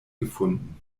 gefunden